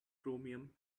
chromium